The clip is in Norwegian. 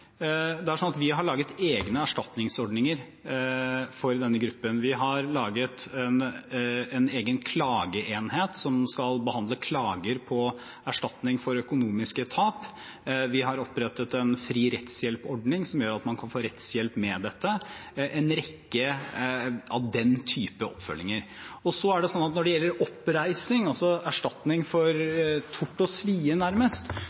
Det er slik at vi har laget egne erstatningsordninger for denne gruppen. Vi har laget en egen klageenhet som skal behandle klager på erstatning for økonomiske tap. Vi har opprettet en fri rettshjelp-ordning som gjør at man kan få rettshjelp med dette – en rekke av den typen oppfølginger. Når det gjelder oppreisning, altså nærmest en erstatning for